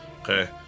Okay